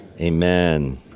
Amen